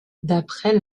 d’après